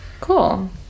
Cool